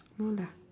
no lah